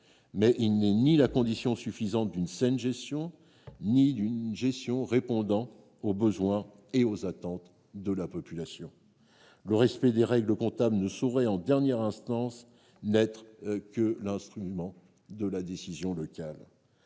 mais il n'est la condition suffisante ni d'une saine gestion ni d'une gestion répondant aux besoins et aux attentes des populations. Le respect des règles comptables ne saurait, en dernière instance, être le seul mobile de la décision locale.